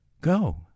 Go